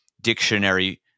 dictionary